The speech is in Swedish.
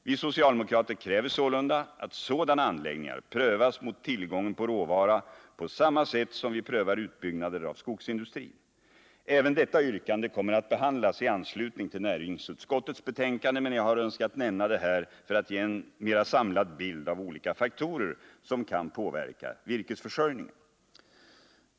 Vi socialdemokrater kräver sålunda att sådana anläggningar prövas mot tillgången på råvara på samma sätt som vi prövar utbyggnader av skogsindustri. Även detta yrkande kommer att behandlas i anslutning till näringsutskottets betänkande, men jag har önskat nämna det här för att ge en samlad bild av olika faktorer som kan påverka virkesförsörjningen.